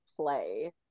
play